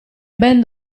ben